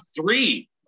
three